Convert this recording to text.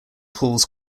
pools